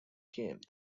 came